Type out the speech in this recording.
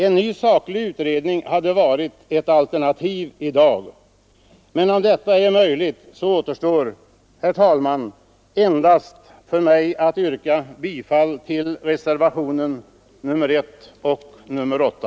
En ny saklig utredning hade varit ett alternativ i dag, men om detta ej är möjligt återstår för mig, herr talman, endast att yrka bifall till reservationerna 1 och 8.